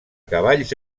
cavalls